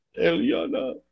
Eliana